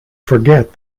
forget